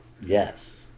Yes